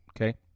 okay